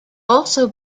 also